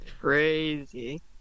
crazy